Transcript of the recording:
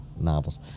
novels